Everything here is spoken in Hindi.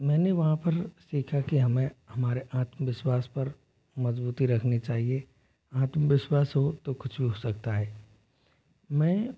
मैंने वहाँ पर सीखा कि हमें हमारे आत्मविश्वास पर मजबूती रखनी चाहिए आत्मविश्वास हो तो कुछ भी हो सकता है मैं